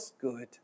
good